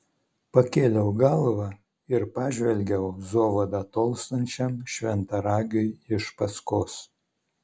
pakėliau galvą ir pažvelgiau zovada tolstančiam šventaragiui iš paskos